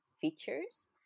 features